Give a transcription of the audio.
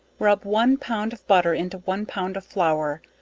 rub one pound of butter into one pound of flour,